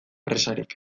presarik